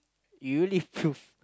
you really prove